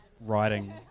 writing